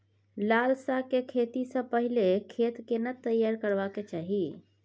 लाल साग के खेती स पहिले खेत केना तैयार करबा के चाही?